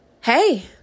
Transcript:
hey